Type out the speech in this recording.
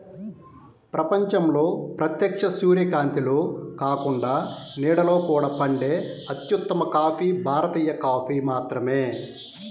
ప్రపంచంలో ప్రత్యక్ష సూర్యకాంతిలో కాకుండా నీడలో కూడా పండే అత్యుత్తమ కాఫీ భారతీయ కాఫీ మాత్రమే